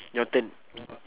your turn